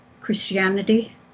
Christianity